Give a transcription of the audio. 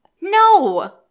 no